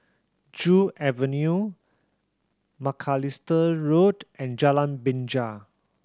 Joo Avenue Macalister Road and Jalan Binja